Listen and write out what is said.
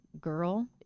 girl